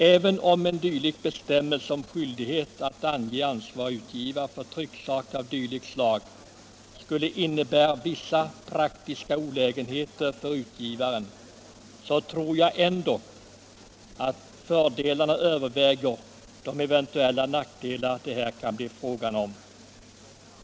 Även om en bestämmelse om skyldighet att ange ansvarig utgivare för trycksak av dylikt slag skulle innebära vissa praktiska olägenheter för utgivaren, så tror jag ändock att fördelarna överväger de eventuella nackdelar det här kan bli fråga om.